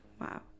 Wow